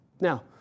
now